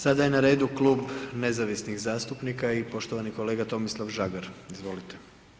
Sada je na redu Klub nezavisnih zastupnika i poštovani kolega Tomislav Žagar, izvolite.